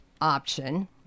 option